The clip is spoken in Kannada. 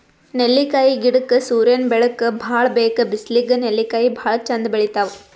ನೆಲ್ಲಿಕಾಯಿ ಗಿಡಕ್ಕ್ ಸೂರ್ಯನ್ ಬೆಳಕ್ ಭಾಳ್ ಬೇಕ್ ಬಿಸ್ಲಿಗ್ ನೆಲ್ಲಿಕಾಯಿ ಭಾಳ್ ಚಂದ್ ಬೆಳಿತಾವ್